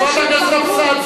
חברת הכנסת אבסדזה.